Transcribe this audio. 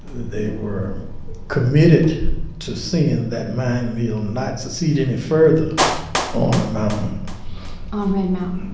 they were committed to seeing that mine mill not succeed any further on the mountain on red mountain?